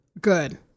Good